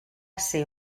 ser